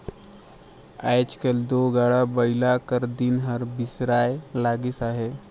आएज काएल दो गाड़ा बइला कर दिन हर बिसराए लगिस अहे